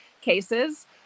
cases